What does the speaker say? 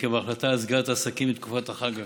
עקב ההחלטה על סגירת עסקים בתקופת החג.